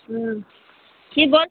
হুম কী বল